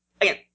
again